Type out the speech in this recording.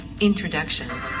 Introduction